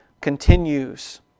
continues